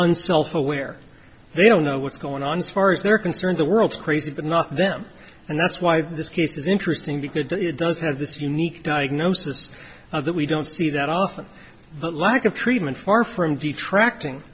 unself aware they don't know what's going on as far as they're concerned the world is crazy but not them and that's why this case is interesting because it does have this unique diagnosis of that we don't see that often but like a treatment far from detracting